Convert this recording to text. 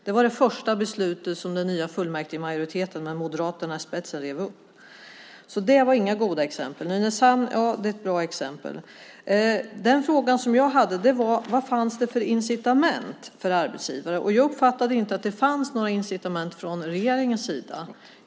Det var det första beslut som den nya fullmäktigemajoriteten med Moderaterna i spetsen rev upp. Det var inget gott exempel. Nynäshamn är dock ett gott exempel. Den fråga som jag hade var vad det fanns för incitament för arbetsgivare. Jag uppfattade inte att det fanns några incitament från regeringens sida.